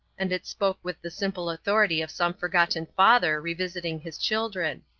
and it spoke with the simple authority of some forgotten father revisiting his children,